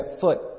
foot